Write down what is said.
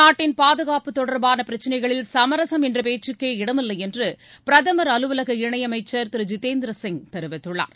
நாட்டின் பாதுகாப்பு தொடர்பான பிரச்சினைகளில் சமரசம் என்ற பேச்சுக்கே இடமில்லை என்று பிரதமர் அலுவலக இணையமைச்சர் திரு ஜிதேந்திர சிங் தெரிவித்துள்ளார்